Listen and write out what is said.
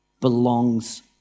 belongs